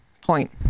point